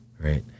right